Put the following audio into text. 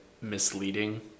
misleading